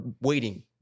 waiting